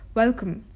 welcome